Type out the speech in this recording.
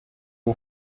b’u